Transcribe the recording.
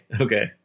Okay